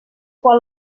quan